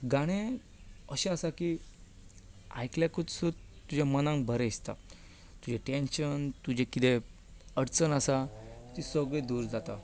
गाणें अशें आसा की आयकल्याकूच सुद्दा तुज्या मनाक बरें दिसता तुजें टॅन्शन तुजें कितें अडचण आसा ती सगळी दूर जाता